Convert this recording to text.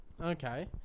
Okay